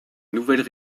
nouvelles